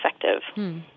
effective